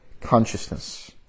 consciousness